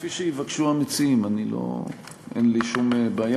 כפי שיבקשו המציעים, אין לי שום בעיה.